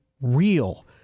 real